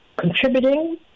contributing